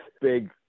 big